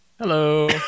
hello